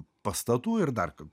pastatų ir dar